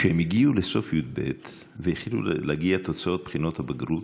כשהם הגיעו לסוף י"ב והתחילו להגיע תוצאות בחינות הבגרות,